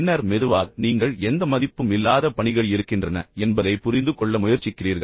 பின்னர் மெதுவாக நீங்கள் எந்த மதிப்பும் இல்லாத பணிகள் இருக்கின்றன என்பதைப் புரிந்துகொள்ள முயற்சிக்கிறீர்கள்